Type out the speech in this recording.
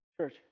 church